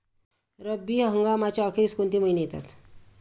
रब्बी हंगामाच्या अखेरीस कोणते महिने येतात?